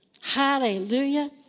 Hallelujah